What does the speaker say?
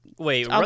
Wait